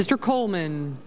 mr coleman